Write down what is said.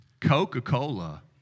Coca-Cola